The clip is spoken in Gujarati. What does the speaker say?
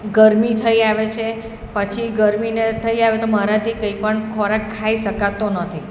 ગરમી થઈ આવે છે પછી ગરમી ને થઈ આવે તો મારાથી કંઇપણ ખોરાક ખાઈ શકાતો નથી